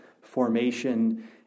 formation